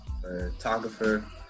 photographer